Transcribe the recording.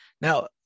Now